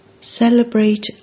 Celebrate